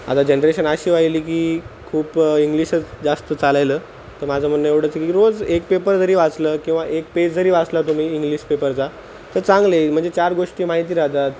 आता जनरेशन अशी व्हायली की खूप इंग्लिशच जास्त चालायलं तर माझं म्हणणं एवढंचं की रोज एक पेपर जरी वाचला किंवा एक पेज जरी वाचला तुम्ही इंग्लिश पेपरचा तर चांगले म्हणजे चार गोष्टी माहिती राहतात